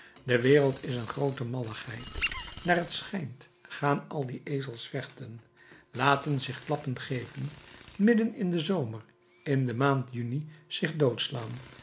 de wereld is een groote malligheid naar t schijnt gaan al die ezels vechten laten zich klappen geven midden in den zomer in de maand juni zich doodslaan